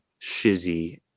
shizzy